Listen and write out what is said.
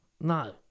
No